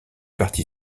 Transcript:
parti